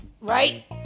Right